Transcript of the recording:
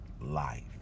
life